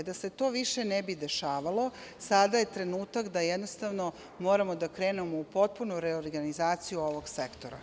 Da se to više ne bi dešavalo, sada je trenutak da jednostavno moramo da krenemo u potpunu reorganizaciju ovog sektora.